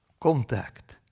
contact